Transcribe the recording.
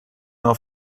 auf